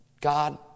God